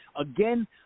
Again